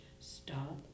stop